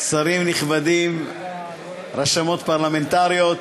שרים נכבדים, רשמות פרלמנטריות,